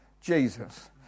Jesus